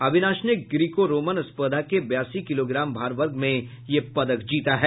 अविनाश ने Greco Roman स्पर्धा के बयासी किलोग्राम भार वर्ग में यह पदक जीता है